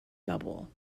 double